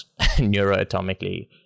neuroatomically